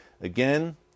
Again